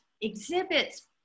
exhibits